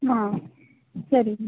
ಹಾಂ ಸರಿ